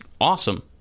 awesome